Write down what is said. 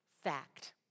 fact